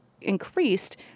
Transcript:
increased